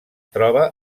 troba